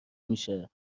میشه